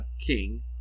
king